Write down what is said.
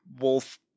wolf